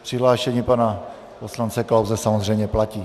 Přihlášení pana poslance Klause samozřejmě platí.